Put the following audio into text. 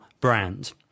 brand